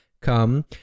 come